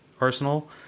arsenal